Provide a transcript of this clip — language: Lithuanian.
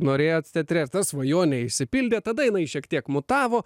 norėjot teatre ir ta svajonė išsipildė tada jinai šiek tiek mutavo